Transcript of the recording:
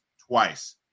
twice